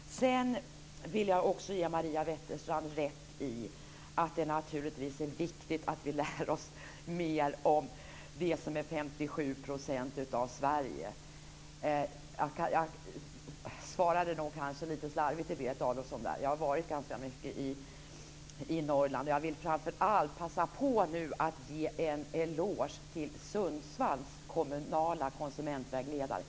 Sedan vill jag också ge Maria Wetterstrand rätt i att det naturligtvis är viktigt att vi lär oss mer om det som är 57 % av Sverige. Jag svarade nog Berit Adolfsson lite slarvigt. Jag har varit ganska mycket i Norrland, och jag vill framför allt passa på och ge en eloge till Sundsvalls kommunala konsumentvägledare.